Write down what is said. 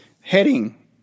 Heading